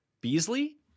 Beasley